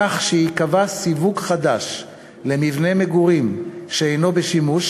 כך שייקבע סיווג חדש של מבנה מגורים שאינו בשימוש,